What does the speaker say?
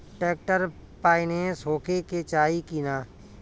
Tractor पाईनेस होखे के चाही कि ना?